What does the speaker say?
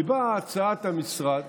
כי באה הצעת המשרד